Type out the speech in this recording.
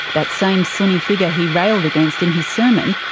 that same sunni figure he railed against in his sermon,